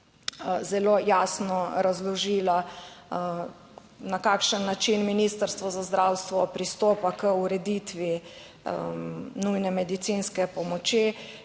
zelo jasno razložila, na kakšen način Ministrstvo za zdravstvo pristopa k ureditvi nujne medicinske pomoči,